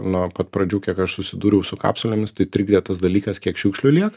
nuo pat pradžių kiek aš susidūriau su kapsulėmis tai trikdė tas dalykas kiek šiukšlių lieka